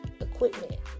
equipment